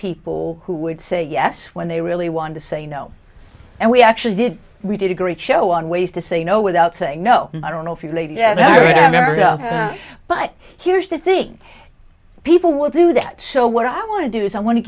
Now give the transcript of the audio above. people who would say yes when they really want to say no and we actually did we did a great show on ways to say no without saying no i don't know if you laid out but here's the thing people will do that so what i want to do is i want to